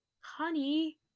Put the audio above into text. Honey